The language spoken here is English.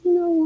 no